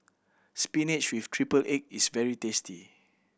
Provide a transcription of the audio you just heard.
spinach with triple egg is very tasty